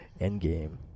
Endgame